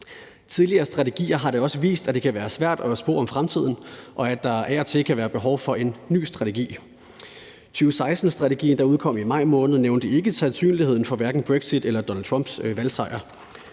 Tidligere strategier har da også vist, at det kan være svært at spå om fremtiden, og at der af og til kan være behov for en ny strategi. 2016-strategien, der udkom i maj måned det år, nævnte ikke sandsynligheden for hverken brexit eller Donald Trumps valgsejr.